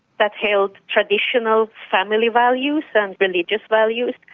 that held traditional family values and religious values,